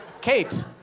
Kate